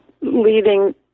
leading